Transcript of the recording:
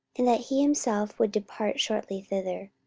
and that he himself would depart shortly thither.